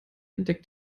entdeckt